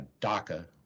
DACA